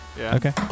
Okay